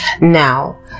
now